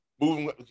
Moving